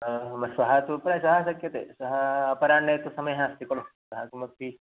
अहं श्वः तु परश्वः शक्यते सः अपराह्ने तु समयः अस्ति खलु सः किमपि